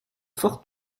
fort